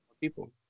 people